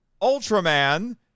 Ultraman